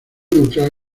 neutral